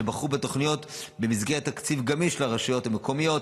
שבחרו בתוכניות במסגרת תקציב גמיש לרשויות המקומיות,